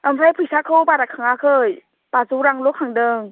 ओमफ्राय फैसाखौ बारा खाङाखै बाजौ रांल' खांदों